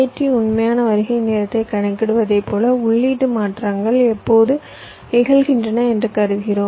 AAT உண்மையான வருகை நேரத்தைக் கணக்கிடுவதைப் போல உள்ளீட்டு மாற்றங்கள் எப்போது நிகழ்கின்றன என்று கருதினோம்